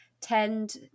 tend